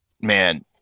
man